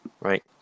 right